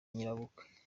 nyirabukwe